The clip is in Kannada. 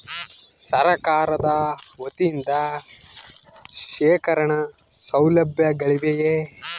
ಸರಕಾರದ ವತಿಯಿಂದ ಶೇಖರಣ ಸೌಲಭ್ಯಗಳಿವೆಯೇ?